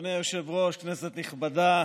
אדוני היושב-ראש, כנסת נכבדה,